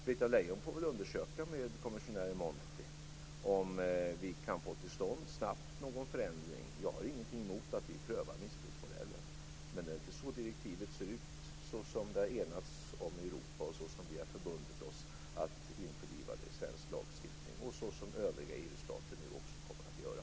Britta Lejon får undersöka hos kommissionären Monti om vi snabbt kan få till stånd någon förändring. Jag har ingenting emot att vi prövar missbruksmodellen, men det är inte så det direktiv ser ut som vi har enats om i Europa och som vi har förbundit oss att införliva med svensk lagstiftning, som övriga EU stater nu också kommer att göra.